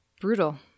brutal